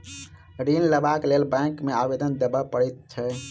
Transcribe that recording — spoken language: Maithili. ऋण लेबाक लेल बैंक मे आवेदन देबय पड़ैत छै